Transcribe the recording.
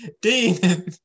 Dean